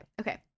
okay